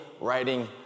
writing